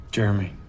Jeremy